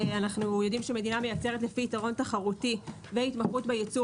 אנו יודעים שמדינה מייצרת לפי יתרון תחרותי והתמחות בייצור,